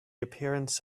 appearance